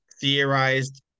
theorized